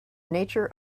nature